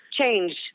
change